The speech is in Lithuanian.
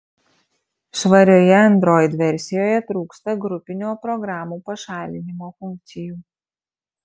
švarioje android versijoje trūksta grupinio programų pašalinimo funkcijų